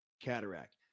cataract